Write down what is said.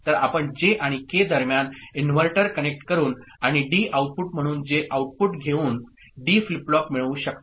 तर आपण जे आणि के दरम्यान इन्व्हर्टर कनेक्ट करून आणि डी आउटपुट म्हणून जे आउटपुट घेऊन डी फ्लिप फ्लॉप मिळवू शकता